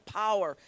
power